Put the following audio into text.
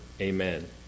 Amen